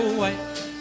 white